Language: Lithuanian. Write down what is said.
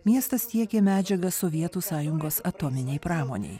miestas tiekė medžiagas sovietų sąjungos atominei pramonei